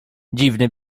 dziwny